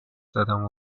زدم